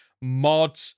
mod